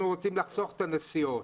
אנחנו רוצים לחסוך את הנסיעות.